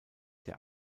der